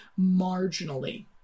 marginally